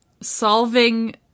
solving